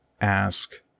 ask